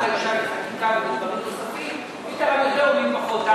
האישה בחקיקה ובדברים נוספים מי תרם יותר ומי פחות.